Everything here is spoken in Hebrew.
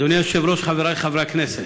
אדוני היושב-ראש, חברי חברי הכנסת,